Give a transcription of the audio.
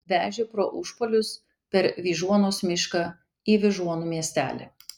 vežė pro užpalius per vyžuonos mišką į vyžuonų miestelį